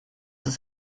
ist